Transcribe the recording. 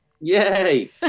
Yay